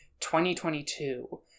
2022